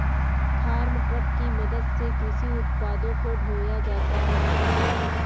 farm truck की मदद से कृषि उत्पादों को ढोया जाता है